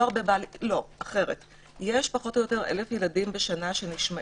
יש כאלף ילדים בשנה שנשמעים,